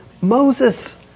Moses